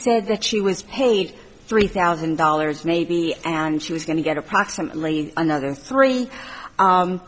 said that she was paid three thousand dollars maybe and she was going to get approximately another three